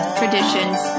traditions